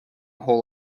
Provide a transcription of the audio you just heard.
whole